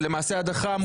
זאת למעשה הדחה מוחלטת.